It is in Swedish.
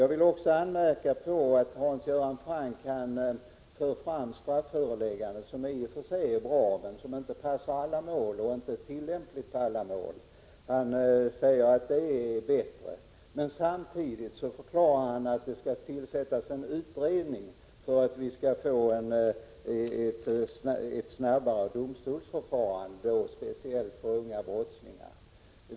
Jag vill också anmärka på att Hans Göran Franck säger att strafföreläggandet, som i och för sig är bra men som inte passar all mål och som inte är tillämpligt på alla mål, är bättre. Men samtidigt förklarar han att det skall tillsättas en utredning för att vi skall få ett snabbare domstolsförfarande, speciellt för unga brottslingar.